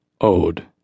Ode